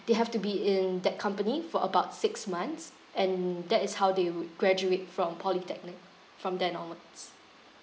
they have to be in that company for about six months and that is how they would graduate from polytechnic from then onwards